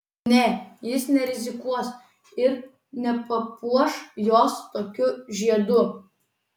ne jis nerizikuos ir nepapuoš jos tokiu žiedu